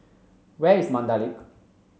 where is Mandai Lake